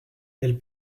elle